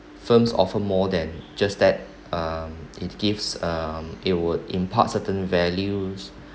films offer more than just that um it gives um it will impart certain values